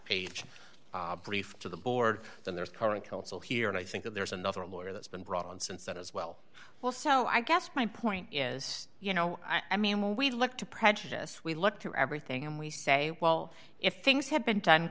page brief to the board and there's current code so here and i think that there's another lawyer that's been brought on since that as well well so i guess my point is you know i mean when we look to prejudice we look to everything and we say well if things had been done